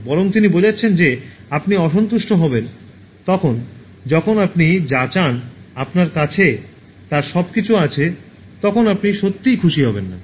বরং তিনি বোঝাচ্ছেন যে আপনি অসন্তুষ্ট হবেন তখন যখন আপনি যা চান আপনার কাছে তার সবকিছু আছে তখন আপনি সত্যই খুশি হবেন না